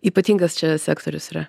ypatingas čia sektorius yra